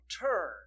turn